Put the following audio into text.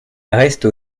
reste